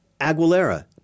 Aguilera